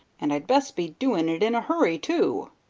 and i'd best be doing it in a hurry, too.